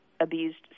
abused